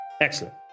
Excellent